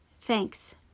Thanks